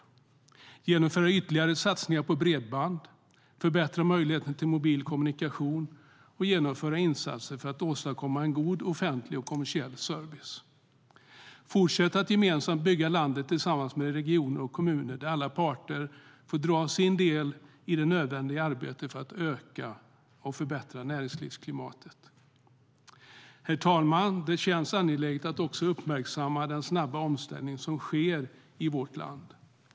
Vi vill genomföra ytterligare satsningar på bredband, förbättra möjligheterna till mobil kommunikation och genomföra insatser för att åstadkomma en god offentlig och kommersiell service. Vi vill även fortsätta att gemensamt bygga landet tillsammans med regioner och kommuner, där alla parter får ta sin del i det nödvändiga arbetet för att öka och förbättra näringslivsklimatet. Herr talman! Det känns angeläget att uppmärksamma den snabba omställning som sker i vårt land.